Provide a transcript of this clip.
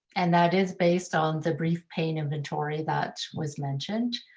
and that is based on the brief pain inventory that was mentioned,